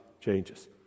changes